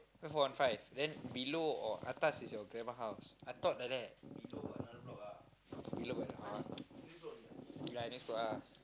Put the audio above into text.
four one five then below or atas is your grandma house I thought like that below ya I think so lah